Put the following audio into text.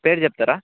పేరు చెప్తారా